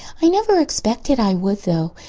i never expected i would, though.